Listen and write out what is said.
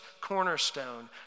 cornerstone